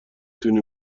تونی